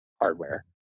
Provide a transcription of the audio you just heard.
hardware